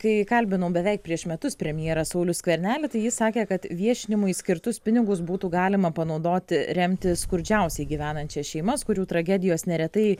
kai kalbinau beveik prieš metus premjerą saulių skvernelį tai jis sakė kad viešinimui skirtus pinigus būtų galima panaudoti remti skurdžiausiai gyvenančias šeimas kurių tragedijos neretai